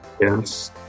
Yes